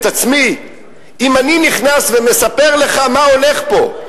עצמי אם אני נכנס ומספר לך מה הולך פה,